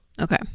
Okay